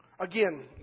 Again